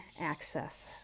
access